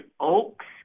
oaks